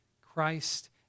Christ